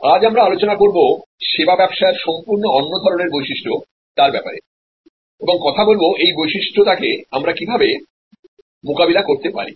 আজ আমরা আলোচনা করব সার্ভিস বিজনেসর সম্পূর্ণ অন্য ধরনের বৈশিষ্ট্য তার ব্যাপারে এবং কথা বলব এই বৈশিষ্ট্যকে আমরা কিভাবে মোকাবেলা করতে পারি